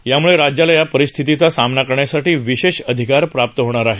यामूळे राज्याला या परिस्थितीचा सामना करण्यासाठी विशेष अधिकार प्राप्त होणार आहेत